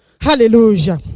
Hallelujah